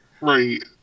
Right